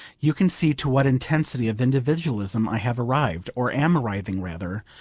you can see to what intensity of individualism i have arrived or am arriving rather,